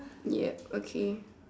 yup okay